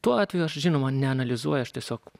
tuo atveju aš žinoma neanalizuoju aš tiesiog